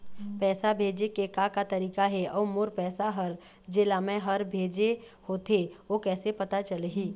पैसा भेजे के का का तरीका हे अऊ मोर पैसा हर जेला मैं हर भेजे होथे ओ कैसे पता चलही?